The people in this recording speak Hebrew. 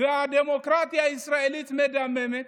והדמוקרטיה הישראלית מדממת,